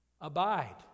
Abide